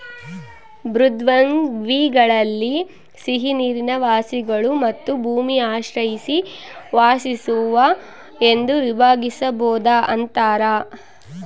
ಮೃದ್ವಂಗ್ವಿಗಳಲ್ಲಿ ಸಿಹಿನೀರಿನ ವಾಸಿಗಳು ಮತ್ತು ಭೂಮಿ ಆಶ್ರಯಿಸಿ ವಾಸಿಸುವ ಎಂದು ವಿಭಾಗಿಸ್ಬೋದು ಅಂತಾರ